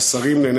אדוני